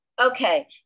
Okay